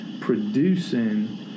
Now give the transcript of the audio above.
producing